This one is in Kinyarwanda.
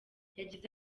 yagize